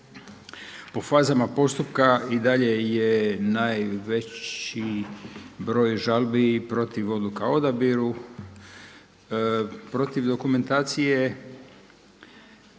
Po fazama postupka i dalje je najveći broj žalbi protiv odluka o odabiru, protiv dokumentacije